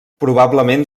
probablement